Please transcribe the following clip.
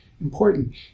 important